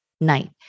night